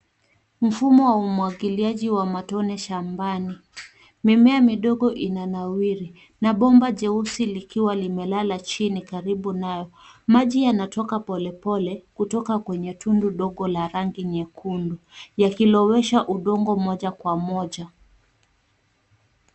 Mfumo wa umwagiliaji wa matone shambani. Mimea midogo inanawiri na bomba jeusi likiwa limelala chini karibu nayo. Maji yanatoka pole pole kutoka kwenye tundu ndogo, la rangi nyekundu. Yakilowesha udongo moja kwa Moja.